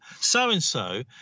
so-and-so